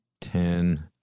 Ten